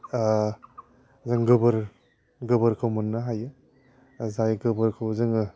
जों गोबोर गोबोरखौ मोननो हायो जाय गोबोरखौ जोङो